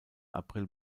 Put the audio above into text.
april